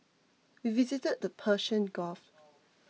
we visited the Persian Gulf